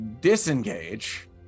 disengage